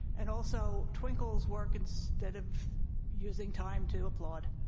and also, twinkle's work instead of using time to applaud.